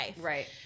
Right